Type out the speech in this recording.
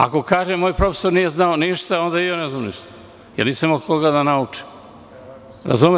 Ako kažem – moj profesor nije znao ništa, onda i ja ne znam ništa, jer nisam imao od koga da naučim.